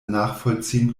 nachvollziehen